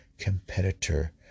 competitor